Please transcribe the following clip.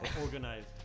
organized